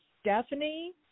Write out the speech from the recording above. Stephanie